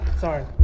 Sorry